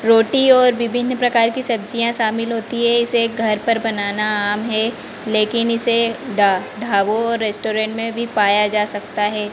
रोटी और विभिन्न प्रकार की सब्जियाँ शामिल होती है इसे घर पर बनाना आम है लेकिन इसे ढाबों और रेस्टोरेन्ट में भी पाया जा सकता हे